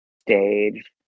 stage